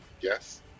yes